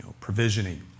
provisioning